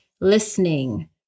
listening